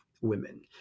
women